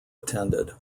attended